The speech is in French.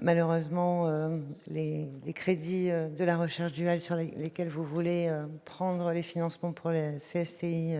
Malheureusement, les crédits de la recherche duale sur lesquels vous voulez prendre les finances pour la CSTI